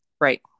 Right